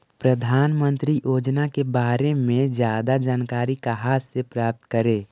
प्रधानमंत्री योजना के बारे में जादा जानकारी कहा से प्राप्त करे?